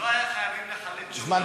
לא היינו חייבים לחלץ שום דבר,